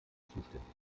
zuständigkeiten